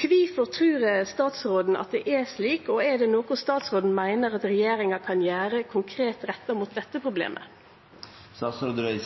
Kvifor trur statsråden at det er slik, og er det noko statsråden meiner at regjeringa kan gjere konkret med dette problemet? Jeg